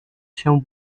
się